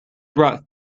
brought